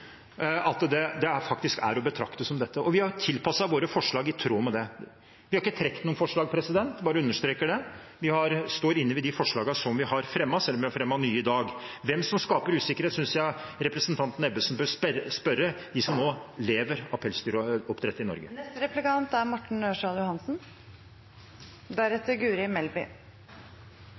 pass kraftfullt, at det faktisk er å betrakte som dette, og vi har tilpasset våre forslag i tråd med det. Vi har ikke trukket noen forslag, jeg bare understreker det, vi står inne for de forslagene vi har fremmet, selv om vi har fremmet nye i dag. Hvem som skaper usikkerhet, synes jeg representanten Ebbesen bør spørre dem som nå lever av pelsdyroppdrett i Norge. Aasland uttrykker at han er